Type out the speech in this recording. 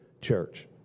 church